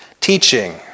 Teaching